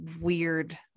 weird